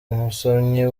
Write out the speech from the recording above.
umusomyi